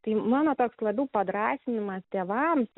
tai mano toks labiau padrąsinimas tėvams